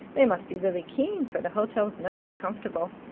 they must be really keen, for the hotel's none too comfortable.